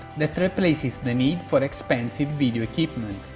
that replaces the need for expensive video equipment,